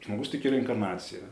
žmogus tiki reinkarnacija